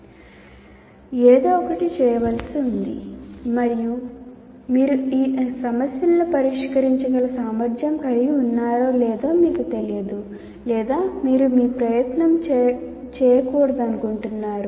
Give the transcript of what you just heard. ఏదో ఒకటి చేయవలసి ఉంది మరియు మీరు ఆ సమస్యలను పరిష్కరించగల సామర్థ్యం కలిగి ఉన్నారో లేదో మీకు తెలియదు లేదా మీరు ప్రయత్నం చేయకూడదనుకుంటున్నారు